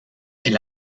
elle